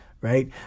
right